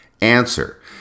Answer